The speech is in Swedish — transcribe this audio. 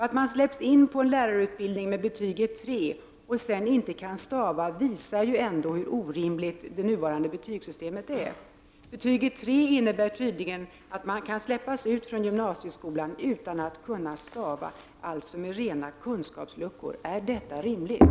Att man släpps in på en lärarutbildning med betyget tre utan att kunna stava visar ändå hur orimligt det nuvarande betygssystemet är. Betyget tre innebär tydligen att man kan släppas ut från gymnasieskolan utan att kunna stava, alltså med rena kunskapsluckor. Är detta rimligt?